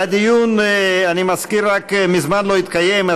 הדיון מזמן לא התקיים,